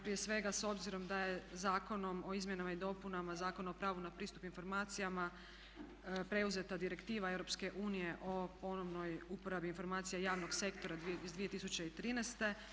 Prije svega s obzirom da je Zakonom o izmjenama i dopunama Zakona o pravu na pristup informacijama preuzeta direktiva EU o ponovnoj uporabi informacija javnog sektora iz 2013.